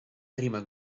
prima